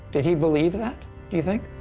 did he believe that do you think?